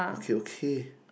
okay okay